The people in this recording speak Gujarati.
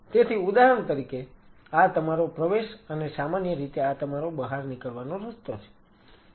તેથી ઉદાહરણ તરીકે આ તમારો પ્રવેશ અને સામાન્ય રીતે આ તમારો બહાર નીકળવાનો રસ્તો છે